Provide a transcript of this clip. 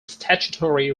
statutory